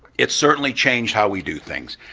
it's certainly changed how we do things.